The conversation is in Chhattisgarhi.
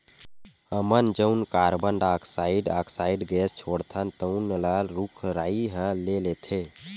हमन जउन कारबन डाईऑक्साइड ऑक्साइड गैस छोड़थन तउन ल रूख राई ह ले लेथे